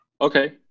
Okay